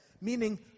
Meaning